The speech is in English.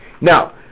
Now